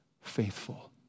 faithful